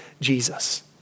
Jesus